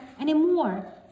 anymore